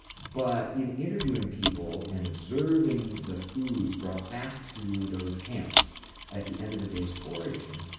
but in interviewing people and observing the foods brought back to those camps at the end of a day's foraging,